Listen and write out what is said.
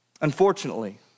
Unfortunately